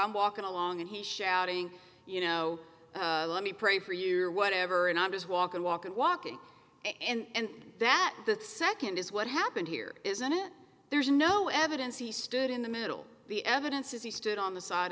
i'm walking along and he's shouting you know let me pray for you or whatever and i'll just walk and walk and walking and that that second is what happened here isn't it there's no evidence he stood in the middle the evidence is he stood on the side